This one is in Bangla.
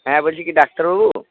হ্যাঁ বলছি কি ডাক্তারবাবু